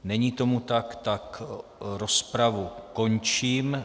Není tomu tak, tak rozpravu končím.